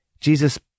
Jesus